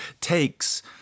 takes